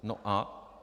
No a?